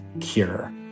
cure